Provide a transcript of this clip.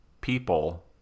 people